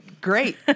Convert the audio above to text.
great